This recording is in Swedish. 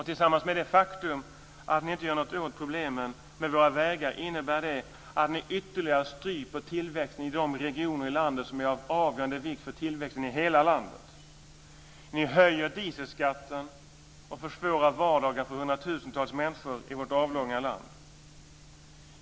Tillsammans med det faktum att ni inte gör någonting åt problemen med våra vägar innebär att ni ytterligare stryper tillväxten i de regioner i landet som är av avgörande vikt för tillväxten i hela landet. Ni höjer dieselskatten och försvårar vardagen för hundratusentals människor i vårt avlånga land.